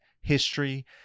history